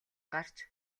гарч